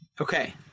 okay